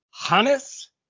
Hannes